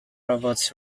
robots